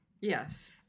Yes